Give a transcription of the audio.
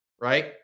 right